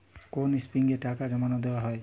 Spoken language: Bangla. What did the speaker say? কোন স্লিপে টাকা জমাদেওয়া হয়?